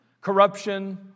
Corruption